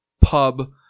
pub